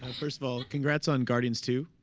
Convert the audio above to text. um first of all, congrats on guardians two.